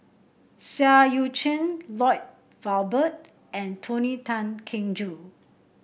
Seah Eu Chin Lloyd Valberg and Tony Tan Keng Joo